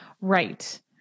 Right